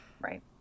right